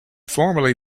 formerly